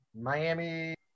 Miami